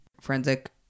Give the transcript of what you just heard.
Forensic